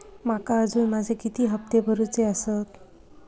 माका अजून माझे किती हप्ते भरूचे आसत?